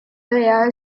air